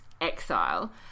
exile